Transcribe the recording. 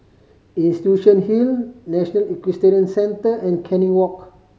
Institution Hill National Equestrian Centre and Canning Walk